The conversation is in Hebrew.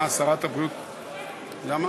למה?